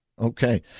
Okay